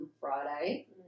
Friday